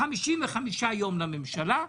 55 יום לממשלה,